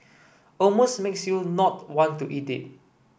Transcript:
almost makes you not want to eat it